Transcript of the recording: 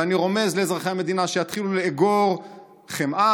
ואני רומז לאזרחי המדינה שיתחילו לאגור חמאה,